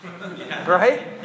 Right